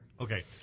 Okay